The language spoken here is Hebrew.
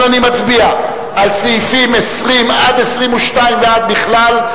אני מצביע על סעיפים 20 22 ועד בכלל,